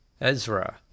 Ezra